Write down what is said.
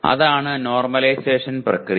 അതാണ് നോർമലൈസേഷൻ പ്രക്രിയ